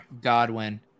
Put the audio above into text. Godwin